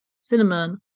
cinnamon